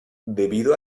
debido